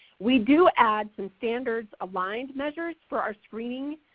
we do add some standards-aligned measures for our screening,